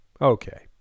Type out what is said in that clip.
okay